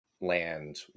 Land